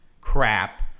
crap